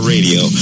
Radio